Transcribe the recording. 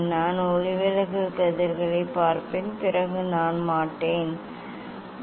நான் ஒளிவிலகல் கதிர்களைப் பார்ப்பேன் பிறகு நான் மாட்டேன் அது காணாது